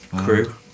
crew